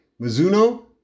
Mizuno